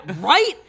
right